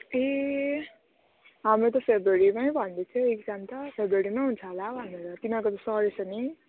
ए हाम्रो त फरवरीमै भन्दैथ्यो इक्जाम त फरवरीमा हुन्छ होला हौ हाम्रो त तिमीहरूको त सरेछ नि